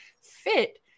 fit